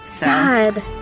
God